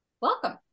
welcome